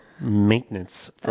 maintenance